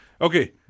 okay